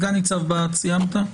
סגן-ניצב בהט, סיימת?